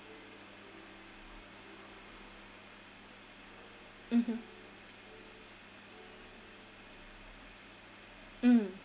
mmhmm mm